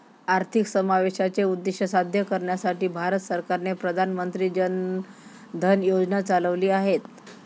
आर्थिक समावेशाचे उद्दीष्ट साध्य करण्यासाठी भारत सरकारने प्रधान मंत्री जन धन योजना चालविली आहेत